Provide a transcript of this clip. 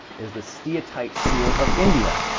is the steatite seal of india.